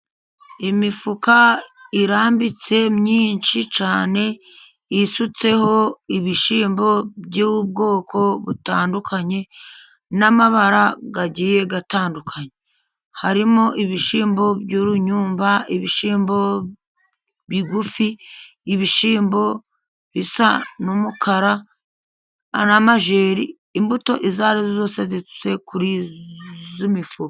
Imifuka irambitse myinshi cyane, isutseho ibishyimbo by'ubwoko butandukanye n'amabara agiye atandukanye, harimo ibishyimbo by'urunyumba, ibishyimbo bigufi, ibishyimbo bisa n'umukara, n'amajeri, imbuto izo ari zo zose zisutse kuri iyi mifuka.